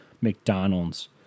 McDonald's